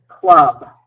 Club